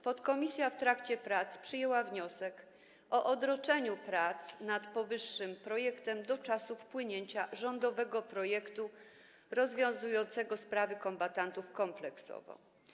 Podkomisja w trakcie prac przyjęła wniosek o odroczenie prac nad powyższym projekt do czasu wpłynięcia rządowego projektu rozwiązującego sprawy kombatantów kompleksowo.